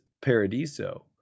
Paradiso